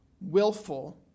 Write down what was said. willful